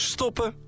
Stoppen